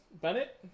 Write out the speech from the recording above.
Bennett